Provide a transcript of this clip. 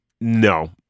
No